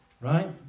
right